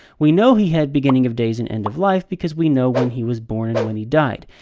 we know he had beginning of days and end of life, because we know when he was born and when he died.